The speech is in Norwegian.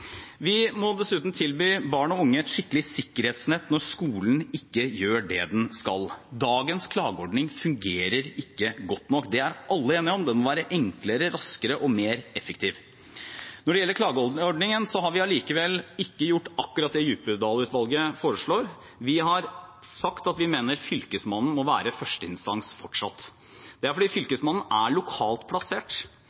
Vi må dessuten tilby barn og unge et skikkelig sikkerhetsnett når skolen ikke gjør det den skal. Dagens klageordning fungerer ikke godt nok. Det er alle enige om. Den må være enklere, raskere og mer effektiv. Når det gjelder klageordningen, har vi allikevel ikke gjort akkurat det Djupedal-utvalget foreslår. Vi har sagt at vi mener Fylkesmannen fortsatt må være førsteinstans. Det er fordi